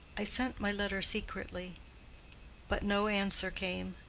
i sent my letter secretly but no answer came,